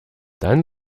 dann